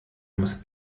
muss